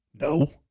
No